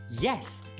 Yes